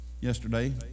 yesterday